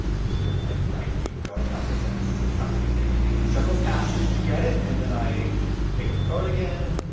i'm sort of i, i do go a couple of sentences at a time. it takes me several passes to get it and then i pick up the phone again,